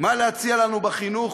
מה להציע לנו בחינוך,